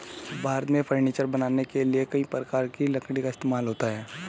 भारत में फर्नीचर बनाने के लिए कई प्रकार की लकड़ी का इस्तेमाल होता है